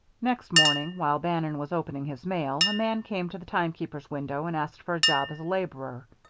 next morning while bannon was opening his mail, a man came to the timekeeper's window and asked for a job as a laborer.